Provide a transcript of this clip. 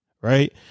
Right